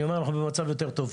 אני אומר: אנחנו במצב יותר טוב,